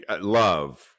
love